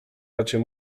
raczej